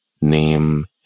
name